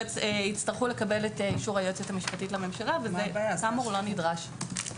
יצטרכו לקבל את אישור היועצת המשפטית לממשלה וכאמור זה לא נדרש.